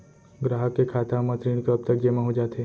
ग्राहक के खाता म ऋण कब तक जेमा हो जाथे?